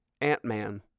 Ant-Man